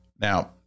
Now